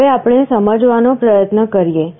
હવે આપણે સમજવાનો પ્રયત્ન કરીએ